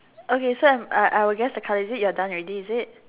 okay so I'm uh I will guess the card is it you done already is it